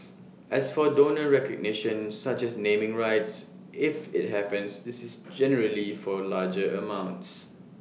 as for donor recognition such as naming rights if IT happens this is generally for larger amounts